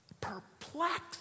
perplexed